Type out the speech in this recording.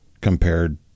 compared